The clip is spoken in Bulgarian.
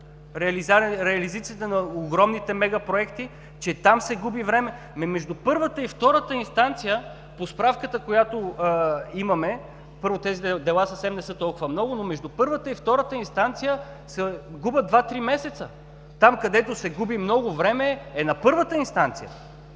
реализацията на огромните мегапроекти, че там се губи време?! Между първата и втората инстанция, по справката, която имаме – тези дела съвсем не са толкова много, но между първата и втората инстанция, се губят два-три месеца. Там, където се губи много време е на първата инстанция,